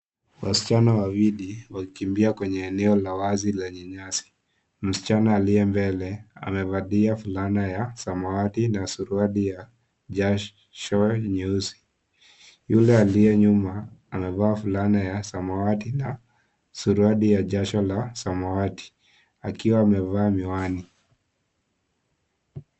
Wasichana wawili wakikimbia kwenye eneo la wazi lenye nyasi. Msichana aliye mbele amevalia fulana ya samawati na suruali ya jasho nyeusi. Yule aliye nyuma amevaa fulana ya samawati na suruali ya jasho la samawati akiwa amevaa miwani.